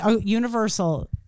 universal